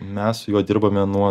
mes su juo dirbame nuo